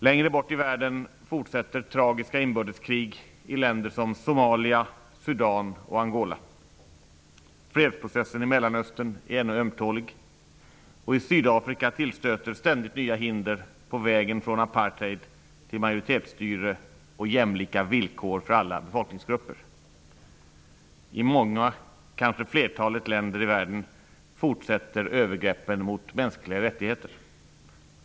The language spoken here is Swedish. Längre bort i världen fortsätter tragiska inbördeskrig i länder som Somalia, Sudan och Angola. Fredsprocessen i Mellanöstern är ännu ömtålig, och i Sydafrika tillstöter ständigt nya hinder på vägen från apartheid till majoritetsstyre och jämlika villkor för alla befolkningsgrupper. I många, kanske flertalet, länder fortsätter övergreppen mot mänskliga rättigheter.